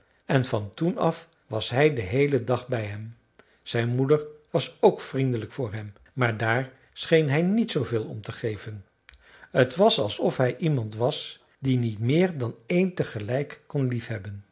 en van toen af was hij den heelen dag bij hem zijn moeder was ook vriendelijk voor hem maar daar scheen hij niet zooveel om te geven t was alsof hij iemand was die niet meer dan één te gelijk kon liefhebben